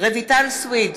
רויטל סויד,